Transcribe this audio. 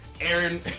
Aaron